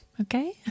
Okay